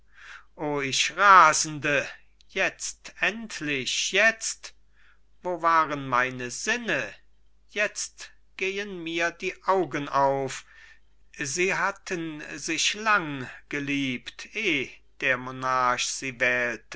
o ich rasende jetzt endlich jetzt wo waren meine sinne jetzt gehen mir die augen auf sie hatten sich lang geliebt eh der monarch sie wählte